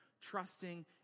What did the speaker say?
trusting